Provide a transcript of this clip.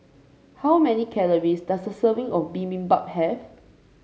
how many calories does a serving of bibimbap have